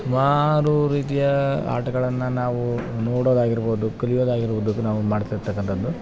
ಸುಮಾರು ರೀತಿಯ ಆಟಗಳನ್ನ ನಾವು ನೋಡೊದಾಗಿರ್ಬೌದು ಕಲಿಯೊದಾಗಿರ್ಬೌದು ನಾವು ಮಾಡ್ತಿರ್ತಕ್ಕಂಥದ್ದು